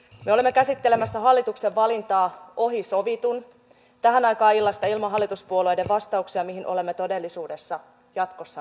me olemme käsittelemässä hallituksen valintaa ohi sovitun tähän aikaan illasta ilman hallituspuolueiden vastauksia mihin olemme todellisuudessa jatkossa menossa